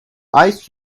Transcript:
ice